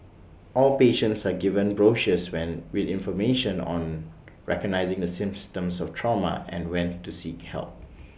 all patients are given brochures when with information on recognising the of trauma and when to seek help